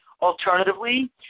Alternatively